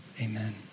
Amen